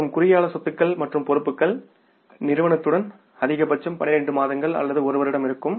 மற்றும் குறுகிய கால சொத்துக்கள் மற்றும் பொறுப்புகள் நிறுவனத்துடன் அதிகபட்சம் 12 மாதங்கள் அல்லது ஒரு வருடம் இருக்கும்